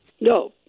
No